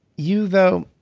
you, though,